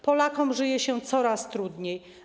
Polakom żyje się coraz trudniej.